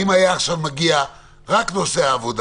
אם היה מגיע עכשיו רק נושא העבודה,